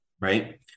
right